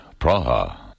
Praha